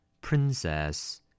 Princess